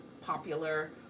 popular